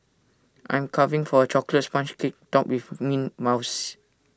I'm craving for A Chocolate Sponge Cake Topped with Mint Mousse